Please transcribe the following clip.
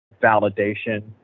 validation